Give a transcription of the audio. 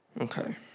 Okay